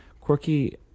quirky